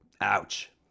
Ouch